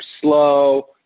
slow